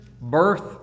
birth